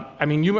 i mean, you know